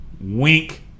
Wink